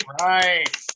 right